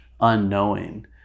unknowing